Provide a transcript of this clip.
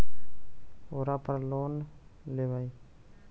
ओरापर लोन लेवै?